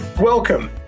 Welcome